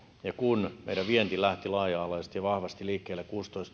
ja kun meidän vienti lähti laaja alaisesti ja vahvasti liikkeelle